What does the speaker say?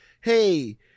hey